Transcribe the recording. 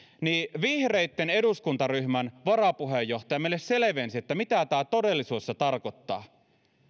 niin vihreitten eduskuntaryhmän varapuheenjohtaja meille selvensi mitä tämä todellisuudessa tarkoittaa